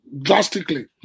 drastically